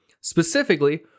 specifically